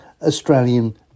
Australian